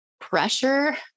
pressure